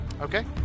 okay